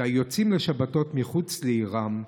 ליוצאים לשבתות מחוץ לעירם,